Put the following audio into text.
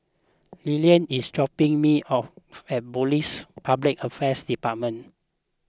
Lillard is dropping me off at Police Public Affairs Department